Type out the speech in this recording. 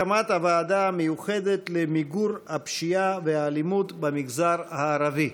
הקמת הוועדה המיוחדת למיגור הפשיעה והאלימות במגזר הערבי.